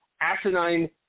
asinine